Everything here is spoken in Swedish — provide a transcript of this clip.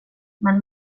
men